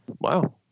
Wow